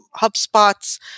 HubSpot's